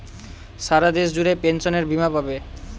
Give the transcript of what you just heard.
সারা দেশ জুড়ে পেনসনের বীমা পাবে